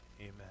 Amen